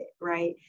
right